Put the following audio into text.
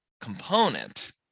component